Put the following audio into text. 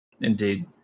Indeed